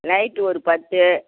light ஒரு பத்து